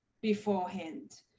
beforehand